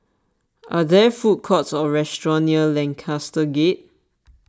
are there food courts or restaurants near Lancaster Gate